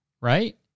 Right